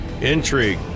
intrigue